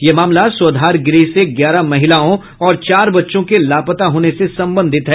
यह मामला स्वधार गृह से ग्यारह महिलाओं और चार बच्चों के लापता होने से संबंधित है